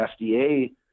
FDA